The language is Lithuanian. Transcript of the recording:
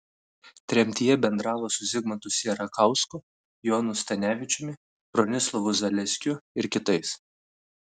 tremtyje bendravo su zigmantu sierakausku jonu stanevičiumi bronislovu zaleskiu ir kitais